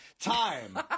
time